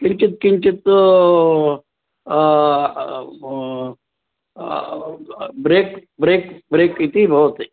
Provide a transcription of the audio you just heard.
किञ्चित् किञ्चित्त् break break break इति भवति